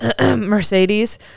Mercedes